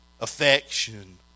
affection